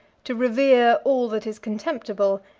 to revere all that is contemptible,